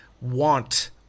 want